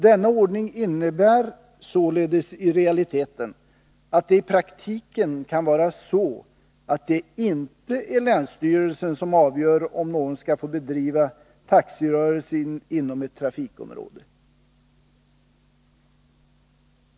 Denna ordning innebär således att det i praktiken inte är länsstyrelsen som avgör om någon skall få driva taxirörelse inom ett trafikområde.